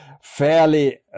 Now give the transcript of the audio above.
fairly